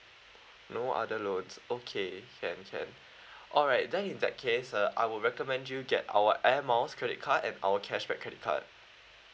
no other loads okay can okay alright then in that case uh I will recommend you get our air miles credit card and our cashback credit card